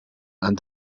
and